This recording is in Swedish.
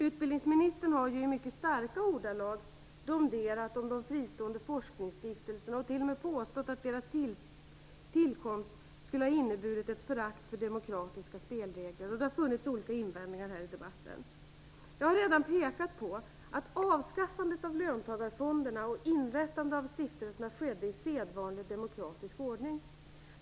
Utbildningsministern har i mycket starka ordalag domderat om de fristående forskningsstiftelserna och t.o.m. påstått att deras tillkomst skulle ha inneburit ett förakt för demokratiska spelregler. Det har funnits olika invändningar i debatten. Jag har redan pekat på att avskaffandet av löntagarfonderna och inrättandet av stiftelserna skedde i sedvanlig demokratisk ordning.